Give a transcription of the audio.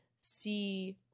see